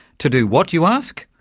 to do what you ask?